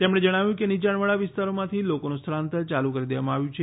તેમણે જણાવ્યું કે નિચાણવાળા વિસ્તારોમાંથી લોકોનું સ્થળાંતર ચાલુ કરી દેવામાં આવ્યું છે